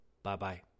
Bye-bye